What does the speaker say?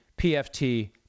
PFT